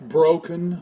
broken